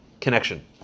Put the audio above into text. connection